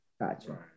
Gotcha